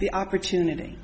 the opportunity